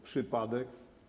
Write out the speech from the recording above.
Przypadek?